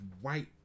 white